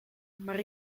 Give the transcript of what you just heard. maar